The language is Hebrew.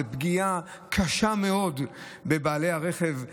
זאת פגיעה קשה מאוד בבעלי הרכבים החשמליים.